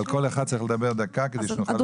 אבל כל אחד ידבר דקה כדי שנוכל להספיק.